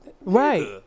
Right